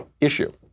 issue